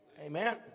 Amen